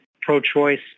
pro-choice